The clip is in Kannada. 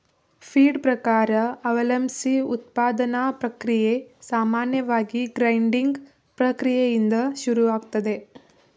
ಫೀಡ್ ಪ್ರಕಾರ ಅವಲಂಬ್ಸಿ ಉತ್ಪಾದನಾ ಪ್ರಕ್ರಿಯೆ ಸಾಮಾನ್ಯವಾಗಿ ಗ್ರೈಂಡಿಂಗ್ ಪ್ರಕ್ರಿಯೆಯಿಂದ ಶುರುವಾಗ್ತದೆ